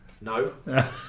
No